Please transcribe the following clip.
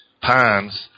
pines